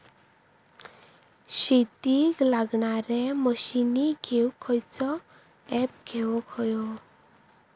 शेतीक लागणारे मशीनी घेवक खयचो ऍप घेवक होयो?